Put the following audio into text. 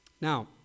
Now